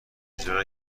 اجرا